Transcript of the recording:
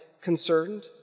concerned